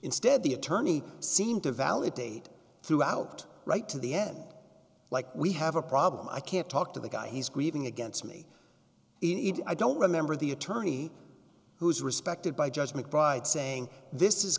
instead the attorney seemed to validate throughout right to the end like we have a problem i can't talk to the guy he's grieving against me even i don't remember the attorney who's respected by judge mcbride saying this is